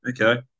Okay